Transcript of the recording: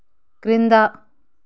క్రింద